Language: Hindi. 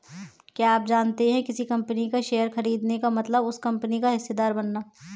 क्या आप जानते है किसी कंपनी का शेयर खरीदने का मतलब उस कंपनी का हिस्सेदार बनना?